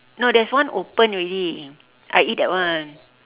no there's one open already I eat that one